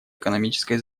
экономической